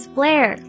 Blair